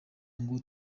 ngo